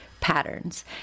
patterns